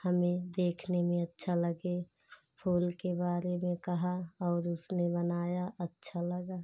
हमें देखने में अच्छा लगे फूल के बारे में कहा और उसने बनाया अच्छा लगा